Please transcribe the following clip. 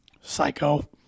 Psycho